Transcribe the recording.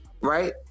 right